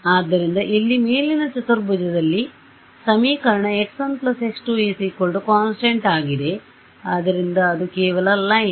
ಆದ್ದರಿಂದ ಇಲ್ಲಿ ಮೇಲಿನ ಚತುರ್ಭುಜದಲ್ಲಿ ಸಮೀಕರಣ x1 x2 const ಆಗಿದೆ ಆದ್ದರಿಂದ ಅದು ಕೇವಲ ಲೈನ್